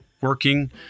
working